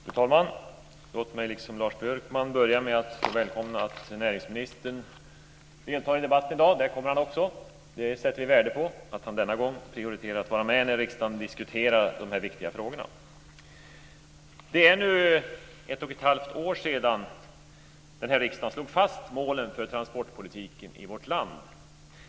Fru talman! Låt mig liksom Lars Björkman börja med att välkomna att näringsministern deltar i den här debatten i dag - här kommer han. Vi sätter värde på att han denna gång prioriterar att vara med när riksdagen diskuterar de här viktiga frågorna. Det är nu ett och ett halvt år sedan den här riksdagen slog fast målen för transportpolitiken i vårt land.